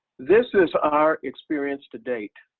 this is our experience to date,